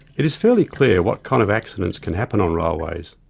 it is fairly clear what kind of accidents can happen on railways,